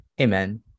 Amen